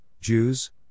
Jews